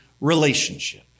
relationship